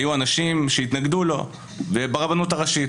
היו אנשים שהתנגדו לו ברבנות הראשית,